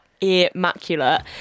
immaculate